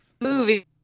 movie